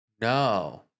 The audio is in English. No